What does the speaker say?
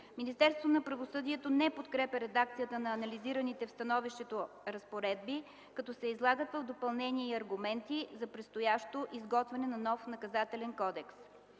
Министерството на правосъдието не подкрепя редакцията на анализираните в становището разпоредби, като се излагат в допълнение и аргументи за предстоящо изготвяне на нов Наказателен кодекс.